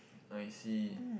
I see